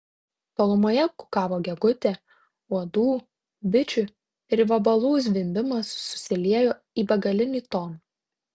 tolumoje kukavo gegutė uodų bičių ir vabalų zvimbimas susiliejo į begalinį toną